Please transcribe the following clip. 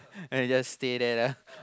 and I just stay there ah